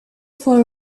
far